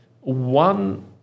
One